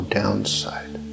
downside